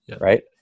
Right